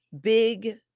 big